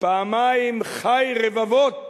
פעמיים ח"י רבבות